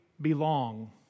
belong